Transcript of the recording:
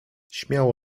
śmiało